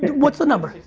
what's the number?